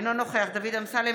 אינו נוכח דוד אמסלם,